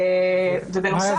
בנוסף,